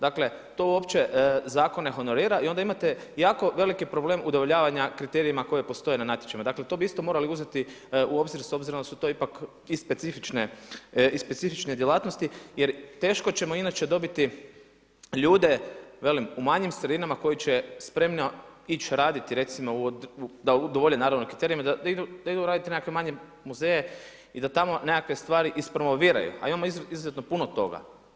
Dakle, to uopće zakon ne honorira i onda imate jako veliki problem udovoljavanja kriterijima koji postoje na natječajima, dakle to bi isto morali uzeti u obzir s obzirom da su to ipak i specifične djelatnosti jer teško ćemo inače dobiti ljude, velim, u manjim sredinama koji će spremno ići raditi da udovolje kriterijima i da idu raditi u nekakve muzeje i da tamo nekakve stvari ispromoviraju a imamo izuzetno puno toga.